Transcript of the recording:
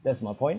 that's my point